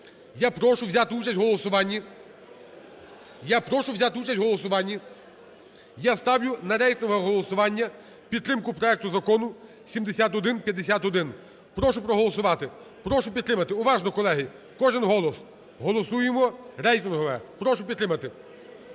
на рейтингове голосування підтримку рейтингове голосування підтримку проекту Закону 7151. Прошу проголосувати, прошу підтримати. Уважно, колеги, кожен голос. Голосуємо рейтингове, прошу підтримати.